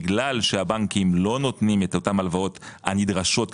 בגלל שהבנקים לא נותנים את אותן הלוואות הנדרשות כרגע,